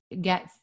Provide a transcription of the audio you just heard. get